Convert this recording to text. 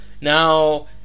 Now